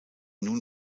nun